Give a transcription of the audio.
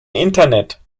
internet